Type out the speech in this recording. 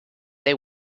they